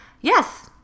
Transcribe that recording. yes